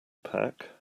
pack